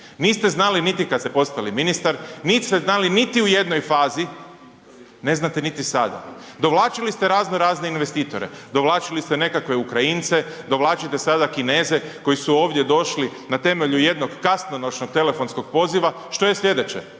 Niste znali niti kad ste postali ministar, nit ste znali niti u jednoj fazi, ne znate niti sada. Dovlačili ste razno razne investitore, dovlačili ste nekakve Ukrajince, dovlačite sada Kineze, koji su ovdje došli na temelju jednog kasnonoćnog telefonskog poziva. Što je sljedeće?